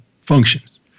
functions